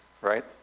right